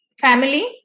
family